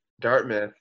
Dartmouth